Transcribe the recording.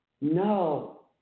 No